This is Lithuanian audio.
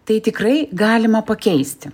tai tikrai galima pakeisti